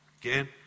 Again